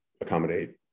accommodate